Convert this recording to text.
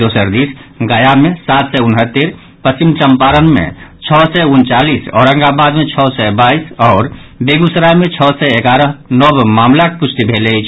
दोसर दिस गया मे सात सय उनहत्तरि पश्चिम चम्पारण मे छओ सय उनचालीस औरंगाबाद मे छओ सय बाईस आओर बेगूसराय मे छओ सय एगारह नव मामिलाक पुष्टि भेल अछि